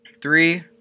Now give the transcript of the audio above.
three